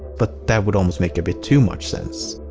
but that would almost make a bit too much sense.